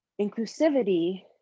Inclusivity